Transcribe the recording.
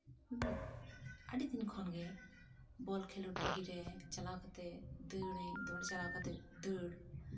ᱟᱹᱰᱤ ᱫᱤᱱ ᱠᱷᱚᱱᱜᱮ ᱵᱚᱞ ᱠᱷᱮᱞᱳᱰ ᱰᱟ ᱦᱤ ᱨᱮ ᱪᱟᱞᱟᱣ ᱠᱟᱛᱮ ᱫᱟᱹᱲ ᱟᱹᱧ ᱚᱸᱰᱮ ᱪᱟᱞᱟᱣ ᱠᱟᱛᱮ ᱫᱟᱹᱲ